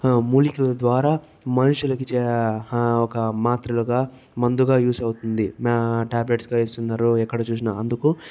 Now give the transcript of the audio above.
మూలికల ద్వారా మనుషులకి ఒక మాత్రలుగా ముందుగా యూస్ అవుతుంది టాబ్లెట్స్గా ఇస్తున్నారు ఎక్కడ చూసినా అందుకు